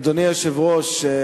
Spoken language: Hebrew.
אדוני היושב-ראש,